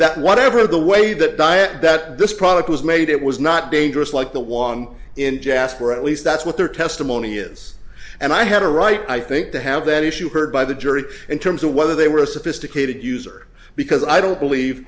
that whatever the way that diet that this product was made it was not dangerous like the wong in jasper at least that's what their testimony is and i had a right i think to have that issue heard by the jury in terms of whether they were a sophisticated user because i don't believe